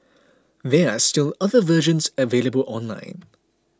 there are still other versions available online